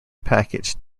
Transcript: package